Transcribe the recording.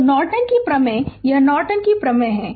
तो नॉर्टन की प्रमेय यह नॉर्टन की प्रमेय है